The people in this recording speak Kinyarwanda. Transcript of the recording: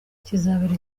kizabera